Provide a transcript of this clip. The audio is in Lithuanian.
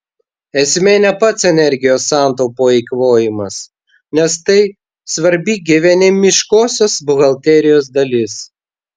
esmė ne pats energijos santaupų eikvojimas nes tai svarbi gyvenimiškosios buhalterijos dalis